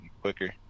quicker